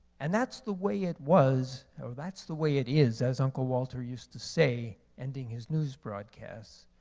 and that's the way it was, or that's the way it is as uncle walter used to say ending his news broadcast.